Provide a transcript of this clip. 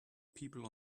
people